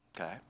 Okay